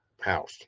house